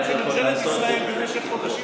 זאת אומרת שממשלת ישראל במשך חודשים